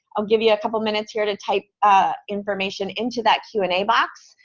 i'll give you a couple minutes here to type information into that q and a box,